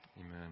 Amen